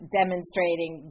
demonstrating